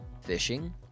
fishing